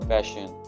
Fashion